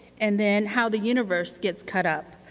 and then how the universe gets cut up.